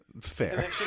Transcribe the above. Fair